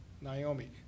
Naomi